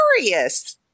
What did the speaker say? curious –